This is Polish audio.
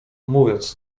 mówiąc